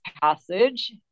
passage